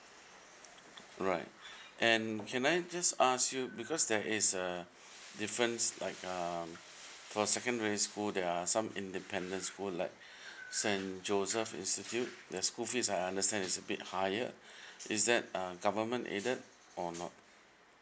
alright and can I just ask you because there is a difference like uh for secondary school there are some independent school like saint joseph institute the school fees that I understand it's a bit higher is that uh government aided or not